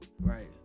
Right